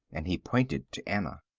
and he pointed to anna.